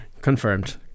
Confirmed